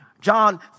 John